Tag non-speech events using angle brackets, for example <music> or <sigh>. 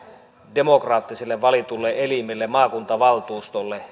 demokraattisesti valitulle elimelle maakuntavaltuustolle <unintelligible>